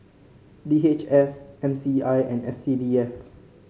D H S M C I and S C D F